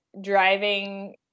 driving